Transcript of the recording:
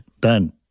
Done